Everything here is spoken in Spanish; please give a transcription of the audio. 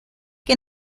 que